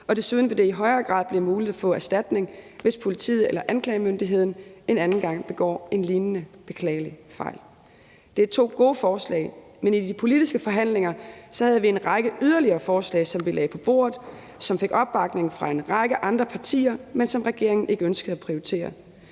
og desuden vil det i højere grad blive muligt at få erstatning, hvis politiet eller anklagemyndigheden en anden gang begår en lignende beklagelig fejl. Det er to gode forslag, men i de politiske forhandlinger havde vi en række yderligere forslag, som vi lagde på bordet, og som fik opbakning fra en række andre partier, men som regeringen ikke ønskede at prioritere.